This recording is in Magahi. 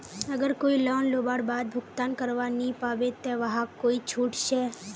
अगर कोई लोन लुबार बाद भुगतान करवा नी पाबे ते वहाक कोई छुट छे?